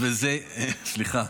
סליחה.